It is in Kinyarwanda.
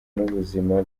n’ubuzima